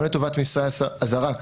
גם לטובת מסרי אזהרה.